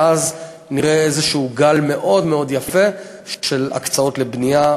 ואז נראה איזשהו גל מאוד מאוד יפה של הקצאות לבנייה,